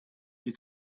you